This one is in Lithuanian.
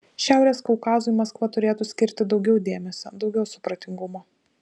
šiaurės kaukazui maskva turėtų skirti daugiau dėmesio daugiau supratingumo